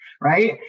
right